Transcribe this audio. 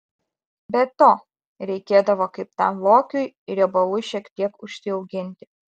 be to reikėdavo kaip tam lokiui riebalų šiek tiek užsiauginti